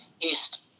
east